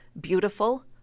beautiful